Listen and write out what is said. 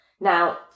Now